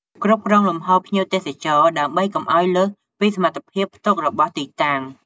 គ្រប់គ្រងលំហូរភ្ញៀវទេសចរ ដើម្បីកុំឱ្យលើសពីសមត្ថភាពផ្ទុករបស់ទីតាំង។